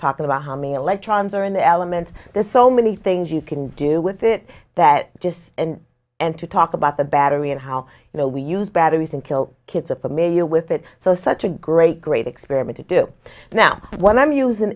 talked about how many electrons are in the element there's so many things you can do with it that just and to talk about the battery and how you know we use batteries and kill kids are familiar with it so such a great great experiment to do now what i'm using